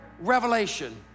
Revelation